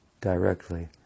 directly